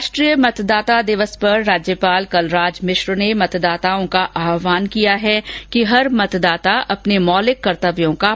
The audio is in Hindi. राष्ट्रीय मतदाता दिवस पर राज्यपाल कलराज मिश्र ने मतदाताओं का आहवान किया है कि हर मतदाता अपने मौलिक कर्तव्यों का पालन करें